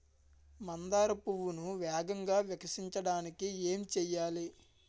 మందార పువ్వును వేగంగా వికసించడానికి ఏం చేయాలి?